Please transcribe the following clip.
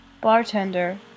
bartender